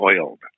oiled